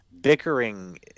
bickering